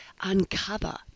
uncover